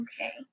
Okay